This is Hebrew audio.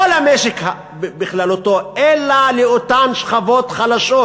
לא למשק בכללותו אלא לאותן שכבות חלשות.